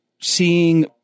seeing